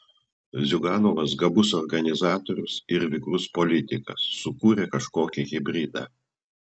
ziuganovas gabus organizatorius ir vikrus politikas sukūrė kažkokį hibridą